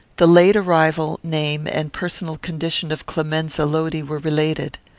the late arrival, name, and personal condition of clemenza lodi were related.